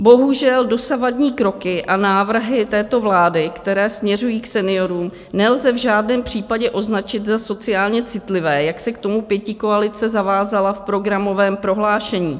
Bohužel dosavadní kroky a návrhy této vlády, které směřují k seniorům, nelze v žádném případě označit za sociálně citlivé, jak se k tomu pětikoalice zavázala v programovém prohlášení.